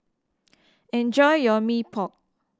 enjoy your Mee Pok